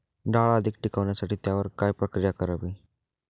डाळ अधिक टिकवण्यासाठी त्यावर काय प्रक्रिया करावी?